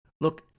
look